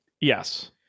Yes